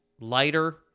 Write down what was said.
Lighter